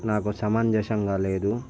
నాకు సమంజసంగా లేదు